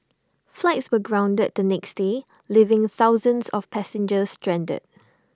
flights were grounded the next day leaving thousands of passengers stranded